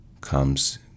comes